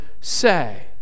say